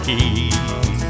Key